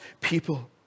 people